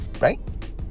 right